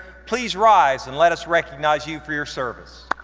please rise and let us recognize you for your service.